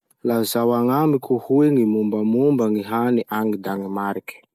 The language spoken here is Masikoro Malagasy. Lazao agnamiko hoe gny mombamomba gny hany agny Danemariky?